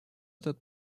этот